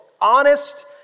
honest